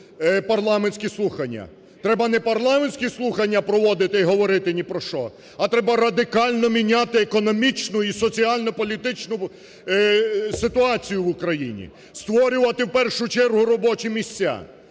Треба не парламентські слухання проводити і говорити ні про що, а треба радикально міняти економічну і соціально-політичну ситуацію в Україні, створювати, в першу чергу, робочі місця.